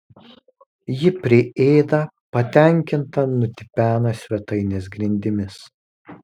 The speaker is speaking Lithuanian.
ji priėda patenkinta nutipena svetainės grindimis